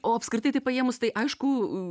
o apskritai tai paėmus tai aišku